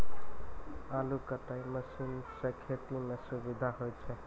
आलू कटाई मसीन सें खेती म सुबिधा होय छै